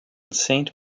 saint